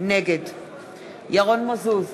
נגד ירון מזוז,